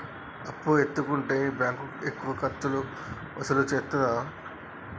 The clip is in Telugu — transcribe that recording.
అప్పు ఎత్తుకుంటే బ్యాంకు ఎక్కువ ఖర్చులు వసూలు చేత్తదా?